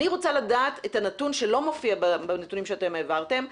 אני רוצה לדעת את הנתון שלא מופיע בנתונים שאתם העברתם,